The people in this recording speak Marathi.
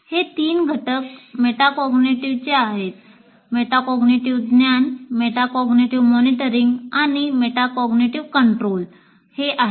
हे तीन घटक मेटाकॅग्निटिव्ह ज्ञान मेटाकॅग्निटिव्ह मॉनिटरींग आणि मेटाकॅग्निटिव्ह कंट्रोल आहेत